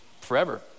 forever